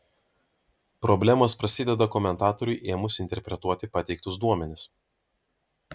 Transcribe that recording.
problemos prasideda komentatoriui ėmus interpretuoti pateiktus duomenis